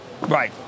Right